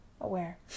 aware